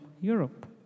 Europe